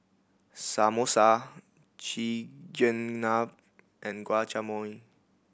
Samosa Chigenabe and Guacamole